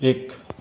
एक